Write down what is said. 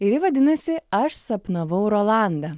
ir ji vadinasi aš sapnavau rolandą